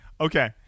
okay